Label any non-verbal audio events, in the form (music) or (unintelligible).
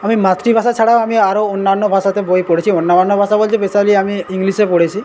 আমি মাতৃভাষা ছাড়াও আমি আরও অন্যান্য ভাষাতে বই পড়েছি (unintelligible) ভাষা বলতে স্পেশালি আমি ইংলিশে পড়েছি